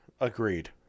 agreed